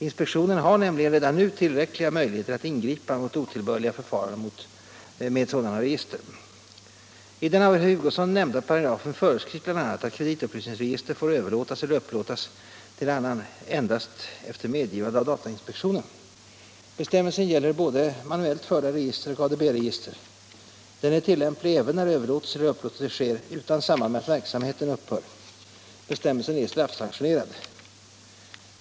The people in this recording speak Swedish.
Inspektionen har nämligen redan nu tillräckliga möjligheter att ingripa mot otillbörliga förfaranden med sådana register. I den av herr Hugosson nämnda paragrafen föreskrivs bl.a. att kreditupplysningsregister får överlåtas eller upplåtas till annan endast efter medgivande av datainspektionen. Bestämmelsen gäller både manuellt förda register och ADB-register. Den är tillämplig även när överlåtelse eller upplåtelse sker utan samband med att verksamheten upphör. Bestämmelsen är straffsanktionerad.